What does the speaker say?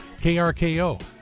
KRKO